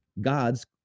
gods